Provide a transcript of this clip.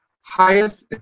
highest